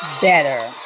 better